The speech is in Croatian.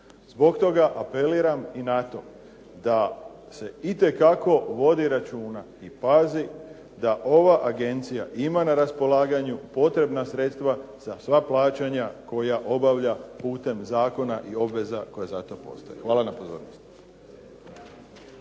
Zbog toga apeliram i na to da se itekako vodi računa i pazi da ova agencija ima na raspolaganju potrebna sredstva za sva plaćanja koja obavlja putem zakona i obveza koja za to postoji. Hvala na pozornosti.